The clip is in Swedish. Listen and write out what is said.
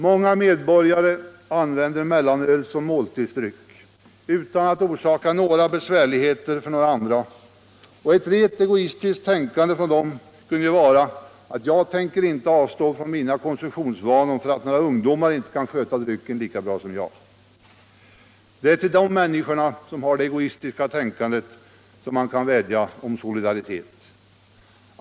Många medborgare använder mellanöl som måltidsdryck utan att orsaka besvärligheter för några andra. Ett rent egoistiskt tänkande hos dem kunde ju vara att ”jag vill inte avstå från mina konsumtionsvanor för att några ungdomar inte kan sköta drycken lika bra som jag”. Det är till de människorna, som har detta egoistiska tänkande, som man kan vädja om solidaritet.